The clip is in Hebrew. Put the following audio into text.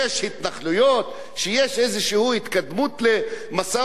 שיש איזו התקדמות למשא-ומתן עם הפלסטינים?